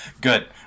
Good